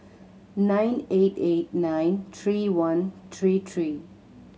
nine eight eight nine three one three three